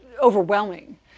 overwhelming